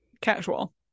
Casual